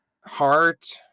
heart